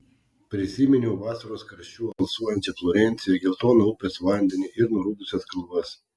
prisiminiau vasaros karščiu alsuojančią florenciją geltoną upės vandenį ir nurudusias kalvas